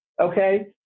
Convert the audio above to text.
Okay